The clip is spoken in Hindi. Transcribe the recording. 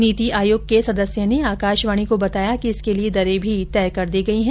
नीति आयोग के सदस्य ने आकाशवाणी को बताया कि इसके लिए दरें भी तय कर दी गई है